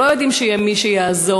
שלא יודעים שיהיה מי שיעזור?